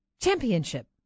Championship